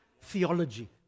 theology